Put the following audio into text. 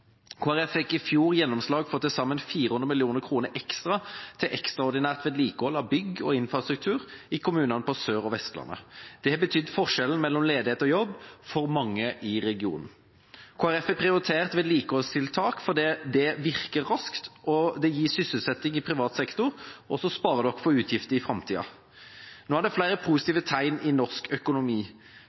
fikk i fjor gjennomslag for til sammen 400 mill. kr ekstra til ekstraordinært vedlikehold av bygg og infrastruktur i kommunene på Sør- og Vestlandet. Det har betydd forskjellen mellom ledighet og jobb for mange i regionen. Kristelig Folkeparti har prioritert vedlikeholdstiltak fordi det virker raskt og gir sysselsetting i privat sektor og sparer oss for utgifter i framtida. Nå er det flere positive tegn i norsk økonomi.